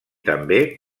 també